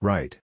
Right